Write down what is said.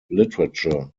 literature